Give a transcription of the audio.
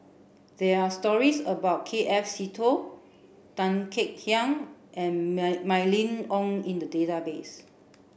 there are stories about K F Seetoh Tan Kek Hiang and Mylene Ong in the database